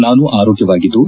ನಾನು ಆರೋಗ್ಯವಾಗಿದ್ದು